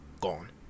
gone